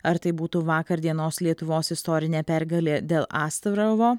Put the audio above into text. ar tai būtų vakar dienos lietuvos istorinė pergalė dėl astravo